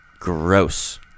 Gross